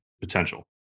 potential